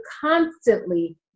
constantly